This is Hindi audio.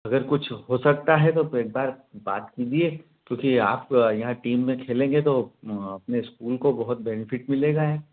अगर कुछ हो सकता है तो तो एक बार बात कीजिए क्योंकि आप यहाँ टीम में खेलेंगे तो अपने स्कूल को बहुत बेनिफिट मिलेगा